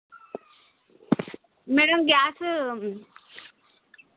madam gas